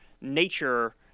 nature